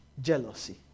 jealousy